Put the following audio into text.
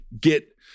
get